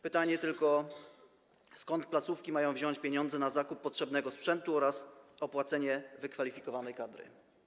Pytanie tylko, skąd placówki mają wziąć pieniądze na zakup potrzebnego sprzętu oraz opłacenie wykwalifikowanej kadry.